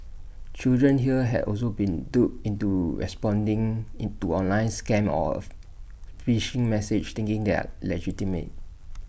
children here have also been duped into responding into online scams of phishing message thinking that legitimate